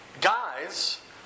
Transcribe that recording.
guys